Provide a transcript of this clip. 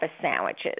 sandwiches